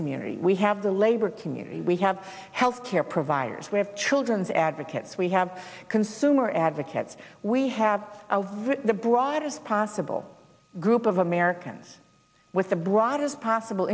community we have the labor community we have health care providers we have children's advocates we have consumer advocates we have the broadest possible group of americans with the broadest possible